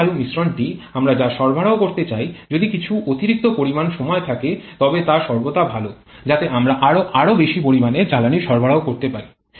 জ্বালানী বায়ু মিশ্রণটি আমরা যা সরবরাহ করতে চাই যদি কিছু অতিরিক্ত পরিমাণ সময় থাকে তবে তা সর্বদা ভাল যাতে আমরা আরও আরও বেশি পরিমাণে জ্বালানী সরবরাহ করতে পারি